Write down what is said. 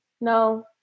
no